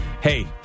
hey